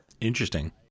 Interesting